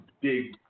big